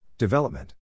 Development